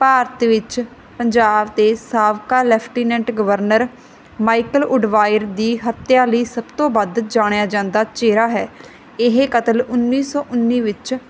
ਭਾਰਤ ਵਿੱਚ ਪੰਜਾਬ ਦੇ ਸਾਬਕਾ ਲੈਫਟੀਨੈਂਟ ਗਵਰਨਰ ਮਾਈਕਲ ਉਡਵਾਇਰ ਦੀ ਹੱਤਿਆ ਲਈ ਸਭ ਤੋਂ ਵੱਧ ਜਾਣਿਆ ਜਾਂਦਾ ਚਿਹਰਾ ਹੈ ਇਹ ਕਤਲ ਉੱਨੀ ਸੌ ਉੱਨੀ ਵਿੱਚ